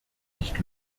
nicht